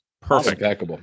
perfect